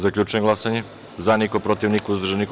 Zaključujem glasanje: za – niko, protiv – niko, uzdržan – niko.